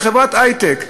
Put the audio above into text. חברת היי-טק,